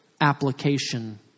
application